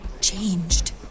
changed